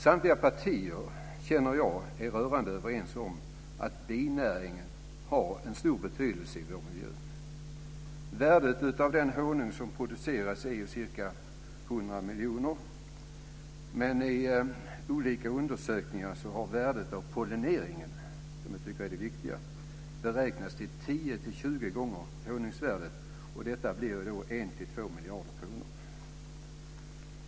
Samtliga partier är rörande överens om att binäringen har en stor betydelse i vår miljö. Värdet av den honung som produceras är ca 100 miljoner, men i olika undersökningar har värdet av pollineringen, som jag tycker är det viktiga, beräknats till 10-20 gånger honungsvärdet. Detta blir 1-2 miljarder kronor.